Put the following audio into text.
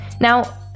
Now